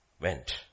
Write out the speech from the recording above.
Went